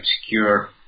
obscure